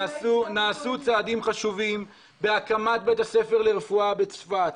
נעשו צעדים חשובים בהקמת בית הספר לרפואה בצפת.